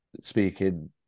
speaking